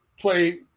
play